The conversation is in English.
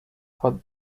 for